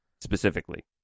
specifically